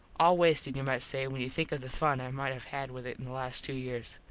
all wasted you might say, when you think of the fun i might have had with it in the last two years.